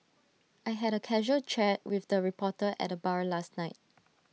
I had A casual chat with the reporter at the bar last night